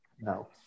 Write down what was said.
No